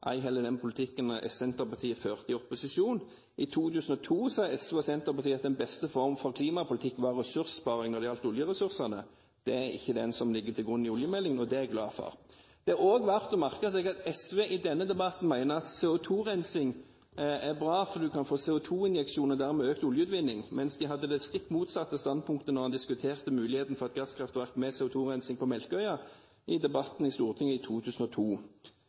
ei heller den politikken Senterpartiet førte i opposisjon. I 2002 sa SV og Senterpartiet at den beste form for klimapolitikk var ressurssparing når det gjaldt oljeressursene. Det er ikke den som ligger til grunn i oljemeldingen, og det er jeg glad for. Det er også verdt å merke seg at SV i denne debatten mener at CO2-rensing er bra, for da kan en få CO2-injeksjoner og dermed økt oljeutvinning, mens de hadde det stikk motsatte standpunktet da man diskuterte muligheten for et gasskraftverk med CO2-rensing på Melkøya i debatten i Stortinget i 2002.